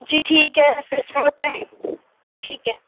جی ٹھیک ہے پھر سو روپیے ٹھیک ہے